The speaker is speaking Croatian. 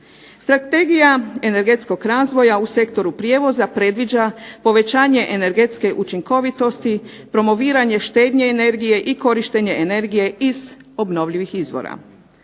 Strategija energetskog razvoja u sektoru prijevoza predviđa povećanje energetske učinkovitosti promoviranje štednje energije i korištenje energije iz obnovljivih izvora.